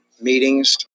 meetings